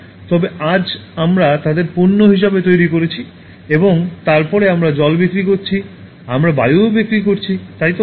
তবে আজ আমরা তাদের পণ্য হিসাবে তৈরি করছি এবং তারপরে আমরা জল বিক্রি করছি আমরা বায়ুও বিক্রি করছি তাই তো